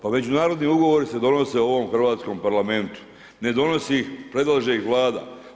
Pa međunarodni ugovori se donose u ovom hrvatskom Parlamentu, ne donosi ih, predlaže ih Vlada.